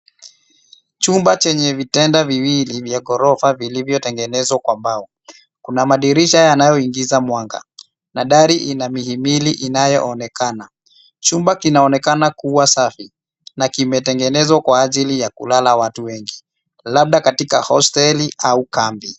Chumba chenye vitanda viwili vya gorofa vilivyotengenezwa kwa mbao, kuna madirisha yanaoingiza mwanga, na dari ina mihimili inayoonekana. Chumba kinaonekana kuwa safi na kimetengenezwa kwa ajili ya kulala watu wengi, labda katika hosteli au kambi.